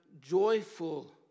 joyful